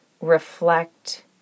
reflect